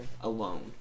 Alone